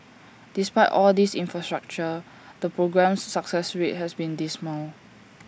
despite all this infrastructure the programme's success rate has been dismal